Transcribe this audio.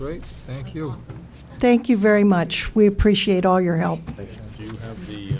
great thank you thank you very much we appreciate all your help the